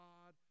God